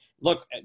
look